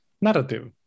narrative